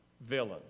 villain